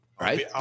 right